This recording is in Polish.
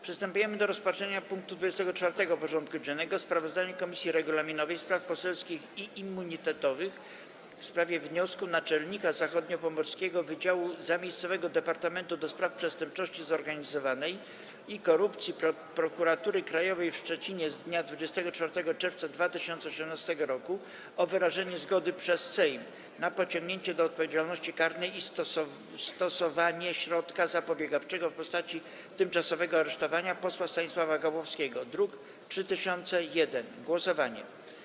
Przystępujemy do rozpatrzenia punktu 24. porządku dziennego: Sprawozdanie Komisji Regulaminowej, Spraw Poselskich i Immunitetowych w sprawie wniosku Naczelnika Zachodniopomorskiego Wydziału Zamiejscowego Departamentu do Spraw Przestępczości Zorganizowanej i Korupcji Prokuratury Krajowej w Szczecinie z dnia 24 czerwca 2018 r. o wyrażenie zgody przez Sejm na pociągnięcie do odpowiedzialności karnej i stosowanie środka zapobiegawczego w postaci tymczasowego aresztowania posła Stanisława Gawłowskiego (druk nr 3001) - głosowanie.